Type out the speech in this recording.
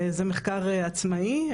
זה מחקר עצמאי,